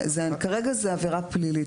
כרגע זו עבירה פלילית.